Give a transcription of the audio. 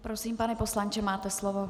Prosím, pane poslanče, máte slovo.